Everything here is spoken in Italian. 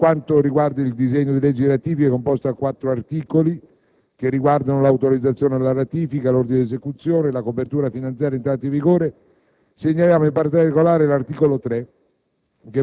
Per quanto riguarda il disegno di legge di ratifica, composto da 4 articoli (che riguardano l’autorizzazione alla ratifica, l’ordine di esecuzione, la copertura finanziaria e l’entrata in vigore), segnaliamo, in particolare, l’articolo 3,